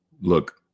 look